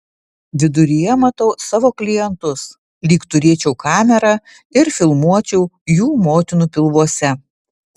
viduryje matau savo klientus lyg turėčiau kamerą ir filmuočiau jų motinų pilvuose